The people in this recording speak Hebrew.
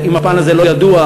אם הפן הזה לא ידוע,